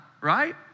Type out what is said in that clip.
right